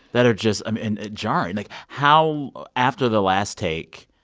that are just um and jarring. like, how after the last take,